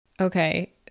okay